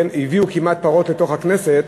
הביאו פרות כמעט לתוך הכנסת.